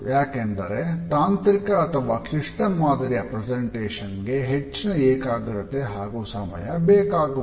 ಯಾಕೆಂದರೆ ತಾಂತ್ರಿಕ ಅಥವಾ ಕ್ಲಿಷ್ಟ ಮಾದರಿಯ ಪ್ರೆಸೆಂಟೇಷನ್ಗೆ ಹೆಚ್ಚಿನ ಏಕಾಗ್ರತೆ ಹಾಗು ಸಮಯ ಬೇಕಾಗುವುದು